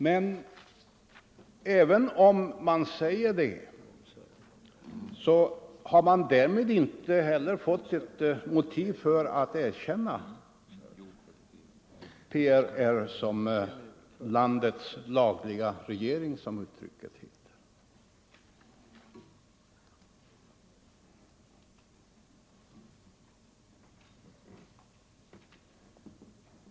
Men även om man gör det har man därmed inte fått ett motiv för att erkänna PRR som landets lagliga regering, som uttrycket heter.